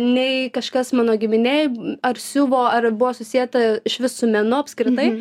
nei kažkas mano giminėj ar siuvo ar buvo susieta išvis su menu apskritai